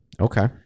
Okay